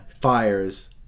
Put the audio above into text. fires